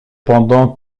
pendant